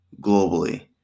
globally